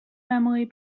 family